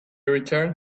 returned